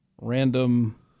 random